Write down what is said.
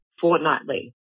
fortnightly